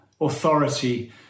authority